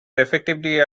effectively